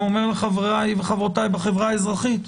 ואני גם אומר לחבריי ולחברותי בחברה האזרחית: